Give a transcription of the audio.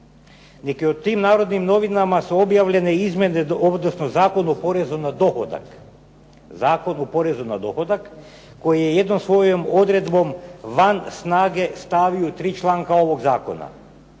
je u tim "Narodnim novinama" su objavljene, odnosno Zakon o porezu na dohodak, koji je jednom svojom odredbom van snage stavio tri članka ovog zakona.